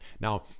Now